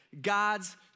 God's